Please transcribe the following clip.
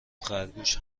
خرگوش